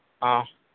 ᱦᱮᱸ